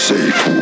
Safe